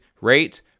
rate